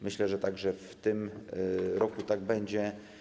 Myślę, że także w tym roku tak będzie.